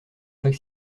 fac